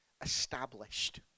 Established